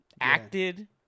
Acted